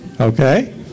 Okay